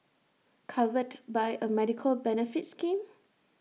covered by A medical benefits scheme